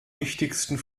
wichtigsten